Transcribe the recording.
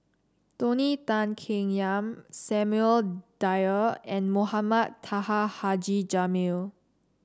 Tony Tan Keng Yam Samuel Dyer and Mohamed Taha Haji Jamil